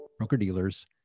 broker-dealers